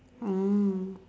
mm